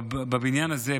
בבניין הזה,